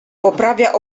poprawia